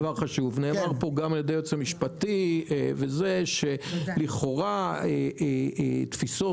על ידי היועץ המשפטי ועל ידי חברים שלכאורה תפיסות